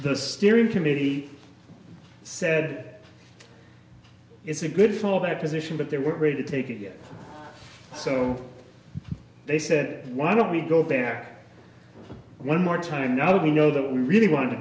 the steering committee said it's a good fall that position but they weren't ready to take it yet so they said why don't we go back one more time now we know that we really want to